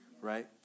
right